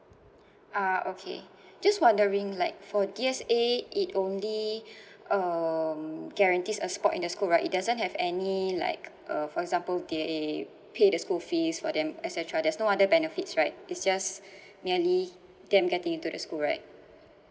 ah okay just wondering like for D_S_A it only um guarantees a spot in the school right it doesn't have any like uh for example they pay the school fees for them etcetera there's no other benefits right it's just merely them getting into the school right